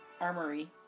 armory